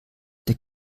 der